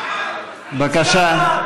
בבקשה.